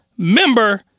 Member